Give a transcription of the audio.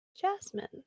Jasmine